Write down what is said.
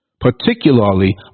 particularly